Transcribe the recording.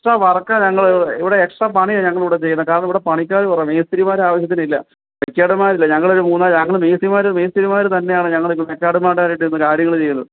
extra work ഞങ്ങൾ ഇവിടെ extra പണിയാണ് ഞങ്ങൾ ഇവിടെ ചെയ്യുന്നത് കാരണം ഇവിടെ പണിക്കാർ കുറവാണ് മേസ്തിരിമാർ ആവശ്യത്തിനില്ല മെക്ക്യാഡർമാരില്ല ഞങ്ങൾ ഒരു മൂന്നാല് ആൾ ഞങ്ങൾ മേസ്തിരിമാർ മേസ്തിരിമാർ തന്നെയാണ് ഞങ്ങൾ ഇപ്പോൾ മെക്കാഡർമാരുടെ അടുത്ത് നിന്ന് കാര്യങ്ങൾ ചെയ്യുന്നത്